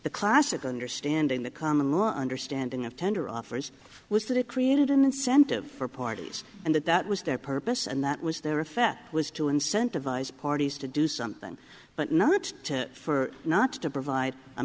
the classic understanding the common law understanding of tender offers was that it created an incentive for parties and that that was their purpose and that was their effect was to incentivize parties to do something but not for not to provide a